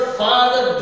father